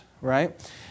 right